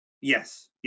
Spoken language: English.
Yes